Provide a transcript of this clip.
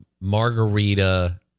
margarita